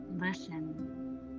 Listen